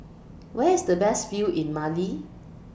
Where IS The Best View in Mali